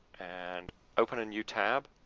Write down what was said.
and open a new tab.